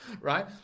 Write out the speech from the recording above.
right